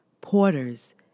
porters